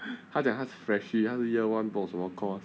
他讲他是 freshie 他是 year one 不懂什么 course